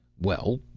well,